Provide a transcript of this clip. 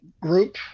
group